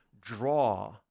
draw